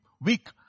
weak